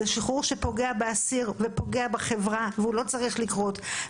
זה שחרור שפוגע באסיר ופוגע בחברה והוא לא צריך לקרות.